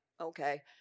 okay